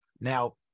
Now